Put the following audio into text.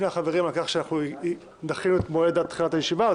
החברים על כך שדחינו את מועד תחילת הישיבה.